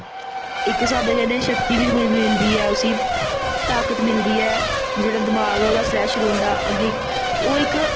इक स्हाबै कन्नै शक्ति बी तुसें गी मिलदी ऐ उस्सी ताकत मिलदी ऐ जेह्ड़ा दिमाग ऐ ओह्दा फ्रेश रौंह्दा अग्गें ओह् इक